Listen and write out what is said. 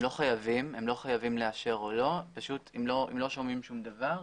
הם לא חייבים לאשר או לא אלא אם לא שומעים שום דבר,